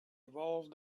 evolved